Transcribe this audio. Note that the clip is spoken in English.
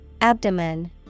Abdomen